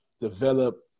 develop